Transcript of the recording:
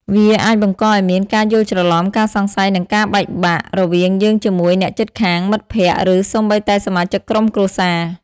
វាអាចបង្កឱ្យមាន ការយល់ច្រឡំ ការសង្ស័យ និងការបែកបាក់ រវាងយើងជាមួយអ្នកជិតខាង មិត្តភក្តិ ឬសូម្បីតែសមាជិកក្រុមគ្រួសារ។